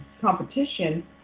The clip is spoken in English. competition